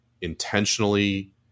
intentionally